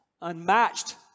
unmatched